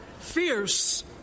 fierce